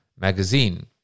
magazine